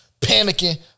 panicking